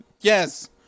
Yes